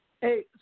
Hey